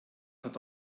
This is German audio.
hat